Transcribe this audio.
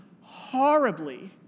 horribly